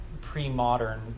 pre-modern